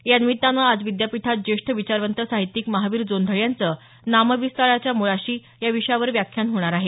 यानिमित्तानं आज विद्यापीठात ज्येष्ठ विचारवंत साहित्यिक महावीर जोंधळे यांचं नामविस्ताराच्या मुळाशी या विषयावर व्याख्यान होणार आहे